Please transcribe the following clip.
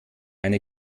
eine